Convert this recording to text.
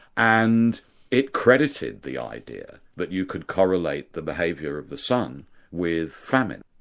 and it credited the idea that you could correlate the behaviour of the sun with famine.